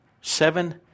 seven